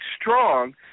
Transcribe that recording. strong